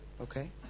Okay